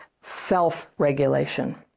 self-regulation